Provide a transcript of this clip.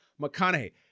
McConaughey